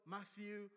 Matthew